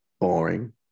boring